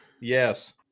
Yes